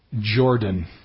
Jordan